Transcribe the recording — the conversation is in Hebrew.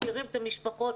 מכירים את המשפחות,